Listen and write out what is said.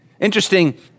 interesting